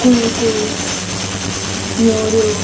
कुलकुल्स न्योऱ्यो